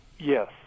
Yes